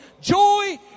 Joy